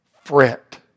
fret